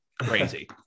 crazy